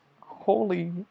Holy